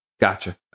Gotcha